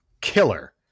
killer